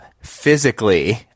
physically